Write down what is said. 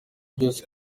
byose